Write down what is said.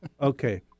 Okay